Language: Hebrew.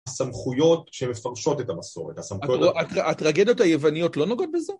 הסמכויות שמפרשות את המסורת, הסמכויות... הטרגדיות היווניות לא נוגעות בזה?